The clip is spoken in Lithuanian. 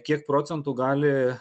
kiek procentų gali